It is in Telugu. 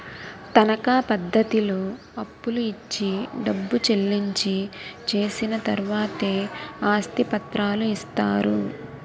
తనకా పద్ధతిలో అప్పులు ఇచ్చి డబ్బు చెల్లించి చేసిన తర్వాతే ఆస్తి పత్రాలు ఇస్తారు